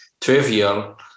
trivial